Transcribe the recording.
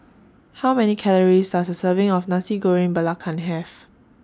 How Many Calories Does A Serving of Nasi Goreng Belacan Have